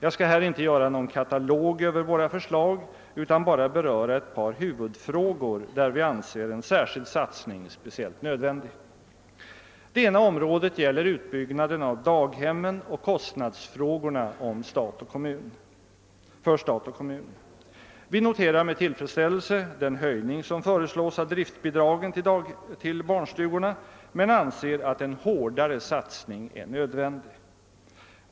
Jag skall här inte göra någon katalog över våra förslag utan bara beröra ett par huvudfrågor, där vi anser en särskild satsning speciellt nödvändig. Det ena området gäller utbyggnaden av daghemmen och kostnadsfrågorna för stat och kommun. Vi noterar med :illfredsställelse den höjning som före slås av driftbidragen till barnstugorna men anser att en hårdare satsning är nödvändig.